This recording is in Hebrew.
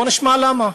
בוא נשמע למה,